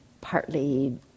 partly